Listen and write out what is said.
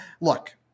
Look